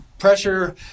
Pressure